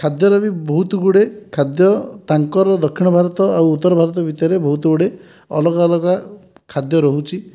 ଖାଦ୍ୟର ବି ବହୁତ ଗୁଡ଼େ ଖାଦ୍ୟ ତାଙ୍କ ଦକ୍ଷିଣ ଭାରତ ଆଉ ଉତ୍ତର ଭାରତ ଭିତରେ ବହୁତ ଗୁଡ଼େ ଅଲଗା ଅଲଗା ଖାଦ୍ୟ ରହୁଛି